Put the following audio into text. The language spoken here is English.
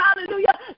Hallelujah